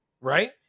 right